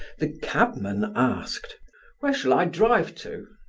the cabman asked where shall i drive to?